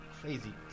crazy